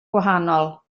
gwahanol